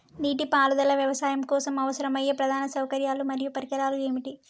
నీటిపారుదల వ్యవసాయం కోసం అవసరమయ్యే ప్రధాన సౌకర్యాలు మరియు పరికరాలు ఏమిటి?